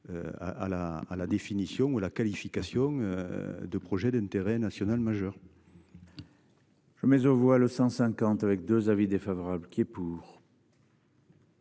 à la définition ou la qualification. De projets d'intérêt national majeur. Mais on voit le 150 avec 2 avis défavorable qui est pour.